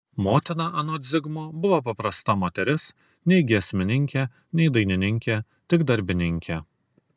motina anot zigmo buvo paprasta moteris nei giesmininkė nei dainininkė tik darbininkė